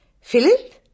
Philip